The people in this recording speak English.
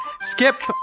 Skip